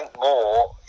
more